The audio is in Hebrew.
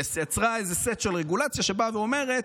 היא יצרה סט של רגולציה שאומרת: